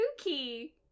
Suki